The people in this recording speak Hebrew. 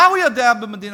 מה הוא יודע במדינה?